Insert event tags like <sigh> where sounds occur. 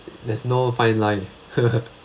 there's no fine line <laughs>